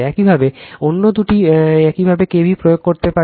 একইভাবে অন্য দুটি একইভাবে k v l প্রয়োগ করতে পারে